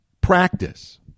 practice